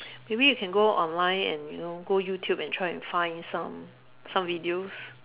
maybe you can go online and you know go YouTube and try and find you know some some videos